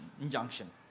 injunction